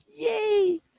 Yay